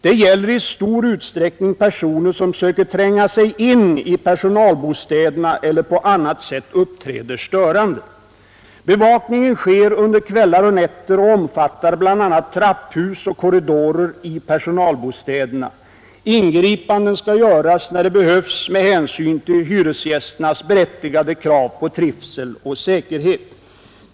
Den har i stor utsträckning föranletts av att personer sökt tränga sig in i personalbostäderna eller på annat sätt uppträtt störande. Bevakningen sker under kvällar och nätter och omfattar bl.a. trapphus och korridorer i personalbostäderna. Ingripanden skall göras när det behövs med hänsyn till hyresgästernas berättigade krav på trivsel och säkerhet.